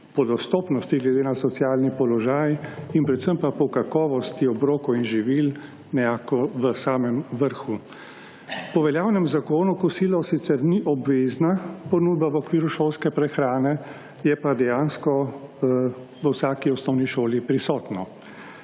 po dostopnosti glede na socialni položaj in predvsem pa po kakovosti obrokov in živil v samem vrhu. Po veljavnem zakonu kosilo sicer ni obvezna ponudba v okviru šolske prehrane, je pa dejansko v vsaki osnovni šoli prisotno.